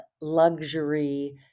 luxury